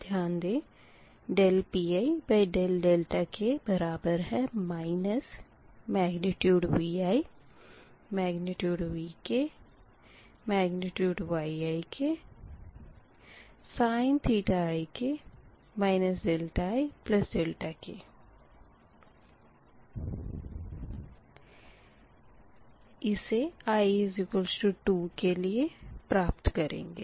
dPidk ViVkYiksin ik ik इसे i2 के लिए प्राप्त करेंगे